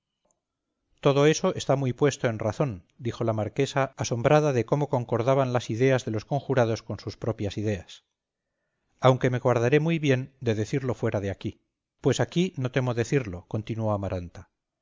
todo eso está muy puesto en razón dijo la marquesa asombrada de cómo concordaban las ideas de los conjurados con sus propias ideas aunque me guardaré muy bien de decirlo fuera de aquí pues aquí no temo decirlo continuó amaranta